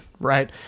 Right